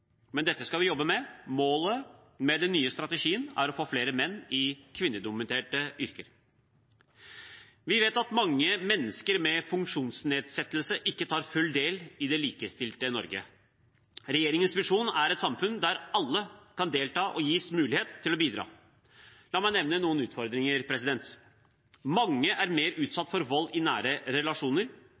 men dette skal vi jobbe med. Målet med den nye strategien er å få flere menn i kvinnedominerte yrker. Vi vet at mange mennesker med funksjonsnedsettelse ikke tar full del i det likestilte Norge. Regjeringens visjon er et samfunn der alle kan delta og gis mulighet til å bidra. La meg nevne noen utfordringer: Mange i denne gruppen er mer utsatt for vold i nære relasjoner,